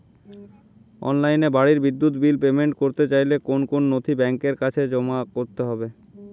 অনলাইনে বাড়ির বিদ্যুৎ বিল পেমেন্ট করতে চাইলে কোন কোন নথি ব্যাংকের কাছে জমা করতে হবে?